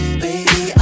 baby